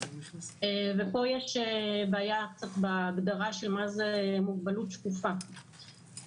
ופה יש בעיה קצת בהגדרה של מה זה מוגבלות שקופה.